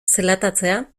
zelatatzea